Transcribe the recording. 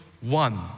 one